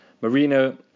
Marino